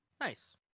Nice